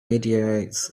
meteorites